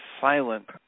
silent